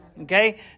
Okay